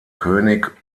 könig